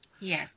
Yes